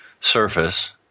surface